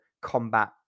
combat